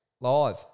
Live